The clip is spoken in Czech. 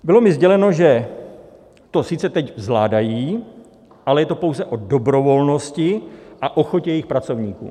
Bylo mi sděleno, že to sice teď zvládají, ale je to pouze o dobrovolnosti a ochotě jejich pracovníků.